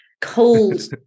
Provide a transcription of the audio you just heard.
cold